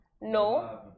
No